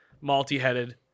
multi-headed